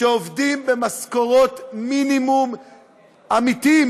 שעובדים במשכורות מינימום אמיתי,